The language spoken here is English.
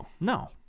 No